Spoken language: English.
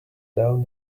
down